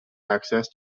access